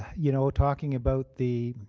you know talking about the